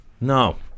No